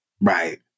Right